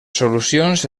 solucions